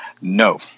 No